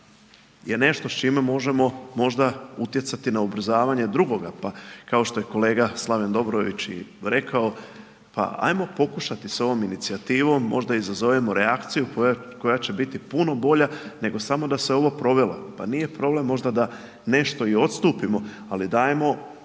je nešto s čime možemo možda utjecati na ubrzavanje drugoga, pa kao što je kolega Slaven Dobrović i rekao pa ajmo pokušati s ovom inicijativom, možda izazovemo reakciju koja će biti puno bolja nego samo da se ovo provelo, pa nije problem možda da nešto i odstupimo, ali dajemo